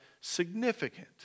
significant